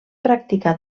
practicar